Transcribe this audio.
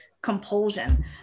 compulsion